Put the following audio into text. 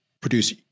produce